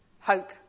hope